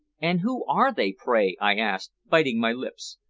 and who are they, pray? i asked, biting my lips.